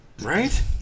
Right